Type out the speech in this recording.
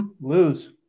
Lose